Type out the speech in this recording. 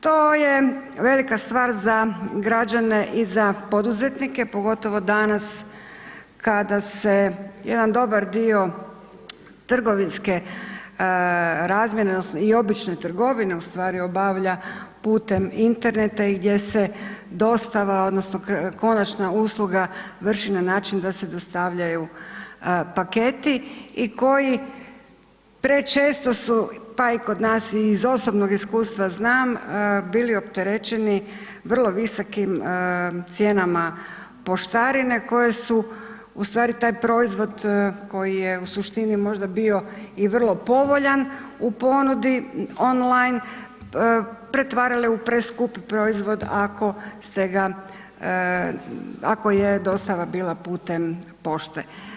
To je velika stvar za građane i za poduzetnike, pogotovo danas kada se jedna dobar dio trgovinske razmjene i obične trgovine u stvari obavlja putem interneta i gdje se dostava odnosno konačna usluga vrši na način da se dostavljaju paketi i koji prečesto su, pa i kod nas i iz osobnog iskustva znam, bili opterećeni vrlo visokim cijenama poštarine koji su u stvari taj proizvod koji je u suštini možda bio i vrlo povoljan u ponudi on line, pretvarale u preskupi proizvod ako ste ga, ako je dostava bila putem pošte.